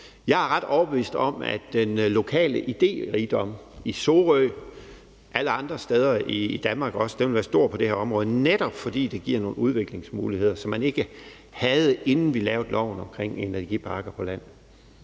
jeg er ret overbevist om, at den lokale idérigdom i Sorø og også alle andre steder i Danmark vil være stor på det her område, netop fordi det giver nogle udviklingsmuligheder, som man ikke havde, inden vi lavede loven om energiparker på land.